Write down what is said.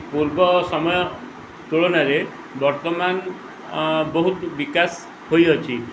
ପୂର୍ବ ସମୟ ତୁଳନାରେ ବର୍ତ୍ତମାନ ବହୁତ ବିକାଶ ହୋଇଅଛି